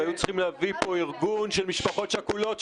היו צריכים להביא לפה ארגון של משפחות שכולות,